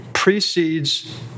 precedes